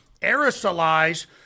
aerosolize